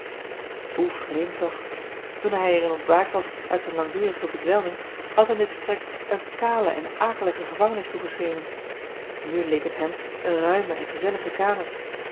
hoe vreemd toch toen hij er in ontwaakt was uit zijn langdurige bedwelming had hem dit vertrek een kale en akelige gevangenis toegeschenen nu leek het het hem een ruime en gezellige kamer